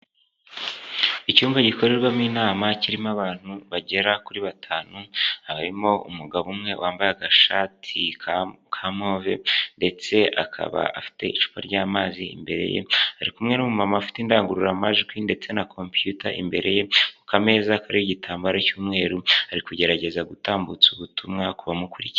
Icyumba gikorerwamo inama kirimo abantu bagera kuri batanu, harimo umugabo umwe wambaye agashati ka move ndetse akaba afite icupa ry'amazi imbere ye, ari kumwe n'umumama ufite indangururamajwi ndetse na computer imbere ye ku meza kariho igitambaro cy'umweru, ari kugerageza gutambutsa ubutumwa kubamukurikiye.